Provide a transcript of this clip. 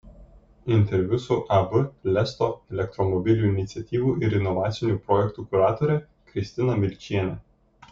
interviu su ab lesto elektromobilių iniciatyvų ir inovacinių projektų kuratore kristina milčiene